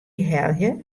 helje